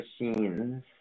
machines